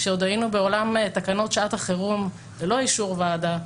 כשעוד היינו בעולם תקנות שעת החירום ללא אישור וועדה,